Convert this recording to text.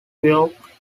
york